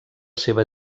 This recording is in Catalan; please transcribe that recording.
seva